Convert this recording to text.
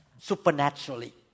supernaturally